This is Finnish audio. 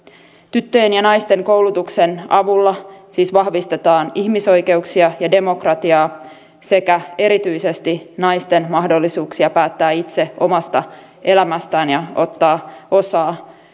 tyttöjen ja naisten koulutuksen avulla siis vahvistetaan ihmisoikeuksia ja demokratiaa sekä erityisesti naisten mahdollisuuksia päättää itse omasta elämästään ja ottaa osaa